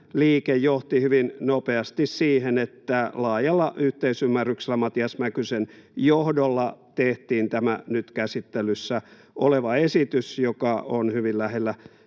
liike johti hyvin nopeasti siihen, että laajalla yhteisymmärryksellä Matias Mäkysen johdolla tehtiin tämä nyt käsittelyssä oleva esitys, joka on hyvin lähellä